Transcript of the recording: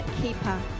keeper